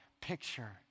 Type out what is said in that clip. picture